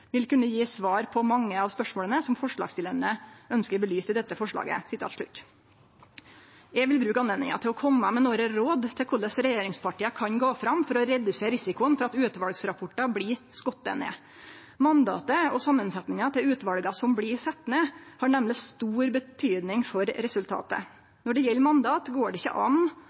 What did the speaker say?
vil kunne gi svar på mange av spørsmålene som forslagsstillerne ønsker belyst i dette forslaget.» Eg vil bruke anledninga til å kome med nokre råd om korleis regjeringspartia kan gå fram for å redusere risikoen for at utvalsrapportar blir skotne ned. Mandatet og samansetjinga til utvala som blir sette ned, har nemleg stor betyding for resultatet. Når det gjeld mandat, går det ikkje an